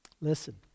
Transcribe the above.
Listen